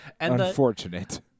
unfortunate